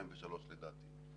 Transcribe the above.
לדעתי,